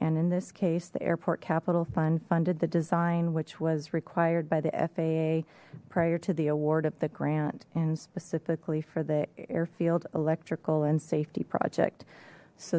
and in this case the airport capital fund funded the design which was required by the faa prior to the award of the grant and specifically for the airfield electrical and safety project so